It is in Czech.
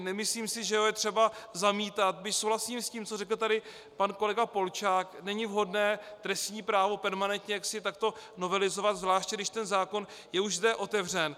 Nemyslím si, že je ho třeba zamítat, byť souhlasím s tím, co řekl tady pan kolega Polčák není vhodné trestní právo permanentně takto novelizovat, zvláště když ten zákon je už zde otevřen.